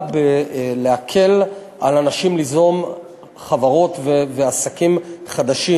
בלהקל על אנשים ליזום חברות ועסקים חדשים.